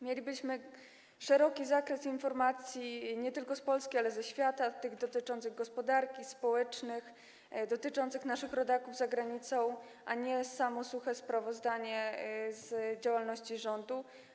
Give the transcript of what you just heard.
Mielibyśmy szeroki zakres informacji nie tylko z Polski, ale i ze świata, tych dotyczących gospodarki, spraw społecznych, dotyczących naszych rodaków za granicą, a nie same suche sprawozdania z działalności rządu.